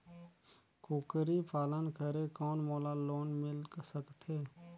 कूकरी पालन करे कौन मोला लोन मिल सकथे?